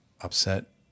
upset